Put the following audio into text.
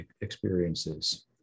experiences